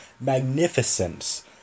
Magnificence